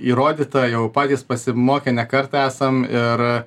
įrodyta jau patys pasimokę ne kartą esam ir